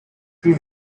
tree